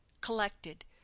collected